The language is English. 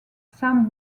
sam